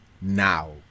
now